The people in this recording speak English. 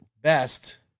best